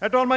Herr talman!